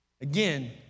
Again